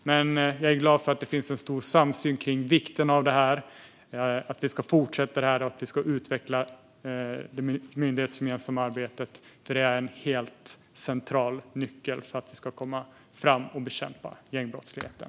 Jag är glad över att det finns en stor samsyn kring vikten av att vi ska fortsätta med detta och att vi ska utveckla det myndighetsgemensamma arbetet. Det är en helt central nyckel för att vi ska kunna komma fram och bekämpa gängbrottsligheten.